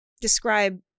describe